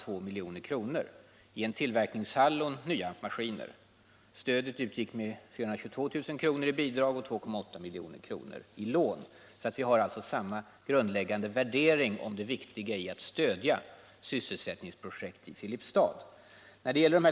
Vi har alltså samma grundläggande värdering av det viktiga i att stödja sysselsättningsprojekt i Filipstad.